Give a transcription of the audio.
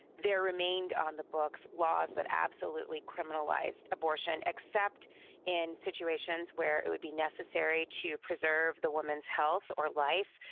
there remained on the books, laws that absolutely criminalized abortion, except in situations where it would be necessary to preserve the woman's health or life,